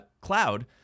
cloud